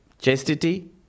chastity